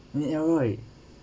elroy